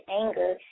anger